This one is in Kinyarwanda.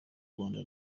rwanda